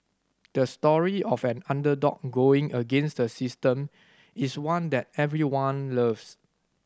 the story of an underdog going against the system is one that everyone loves